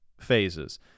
phases